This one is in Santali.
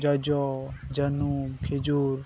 ᱡᱚᱡᱚ ᱡᱟᱹᱱᱩᱢ ᱠᱷᱤᱡᱩᱨ